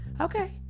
Okay